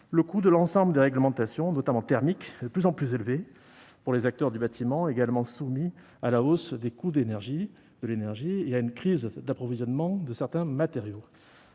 le coût de l'ensemble des réglementations, notamment thermiques, est de plus en plus élevé pour les acteurs du bâtiment, qui sont également soumis à la hausse des coûts de l'énergie et à une crise d'approvisionnement de certains matériaux.